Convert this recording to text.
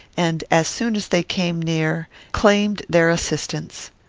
and, as soon as they came near, claimed their assistance.